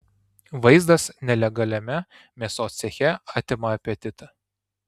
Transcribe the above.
vaizdas nelegaliame mėsos ceche atima apetitą